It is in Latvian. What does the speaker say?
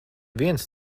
viens